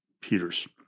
Peters